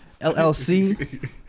LLC